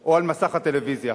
או על מסך הטלוויזיה.